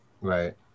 Right